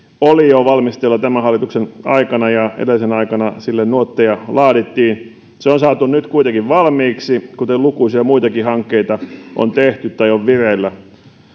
oli jo valmisteilla tämän hallituksen aikana ja edellisen aikana sille nuotteja laadittiin se on saatu nyt kuitenkin valmiiksi kuten lukuisia muitakin hankkeita on tehty tai on vireillä